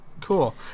Cool